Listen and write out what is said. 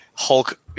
Hulk